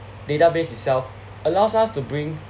database itself allows us to bring